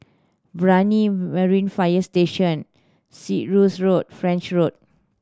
Brani Marine Fire Station Cyprus Road French Road